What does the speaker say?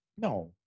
No